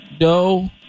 No